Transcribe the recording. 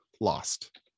lost